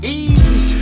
easy